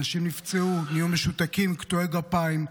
אנשים נפצעו, נהיו משותקים, קטועי גפיים.